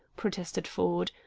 protested ford,